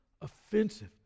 offensive